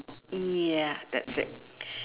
ya that's it